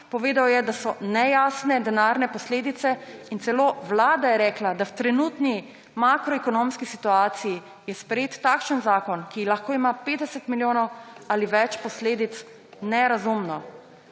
povedal je, da so nejasne denarne posledice. In celo vlada je rekla, da v trenutni makroekonomski situaciji sprejeti takšen zakon, ki lahko ima 50 milijonov ali več posledic, je nerazumno.